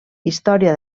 història